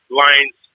lines